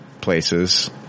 places